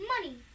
money